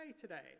today